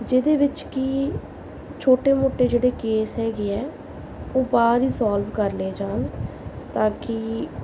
ਜਿਹਦੇ ਵਿੱਚ ਕਿ ਛੋਟੇ ਮੋਟੇ ਜਿਹੜੇ ਕੇਸ ਹੈਗੇ ਆ ਉਹ ਬਾਹਰ ਹੀ ਸੋਲਵ ਕਰ ਲਏ ਜਾਣ ਤਾਂ ਕਿ